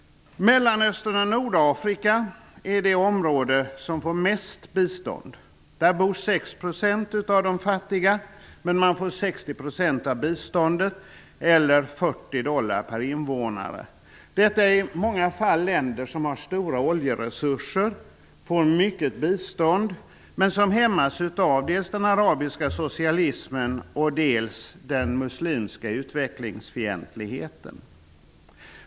Mellanöstern och Nordafrika är de områden som får mest bistånd. Där bor 6 % av de fattiga, men man får 60 % av biståndet, eller 40 dollar per invånare. Det är i många fall länder som har stora oljeresurser, får mycket bistånd men som hämmas dels av den arabiska socialismen, dels av den muslimska utvecklingsfientligheten.